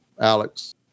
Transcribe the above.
Alex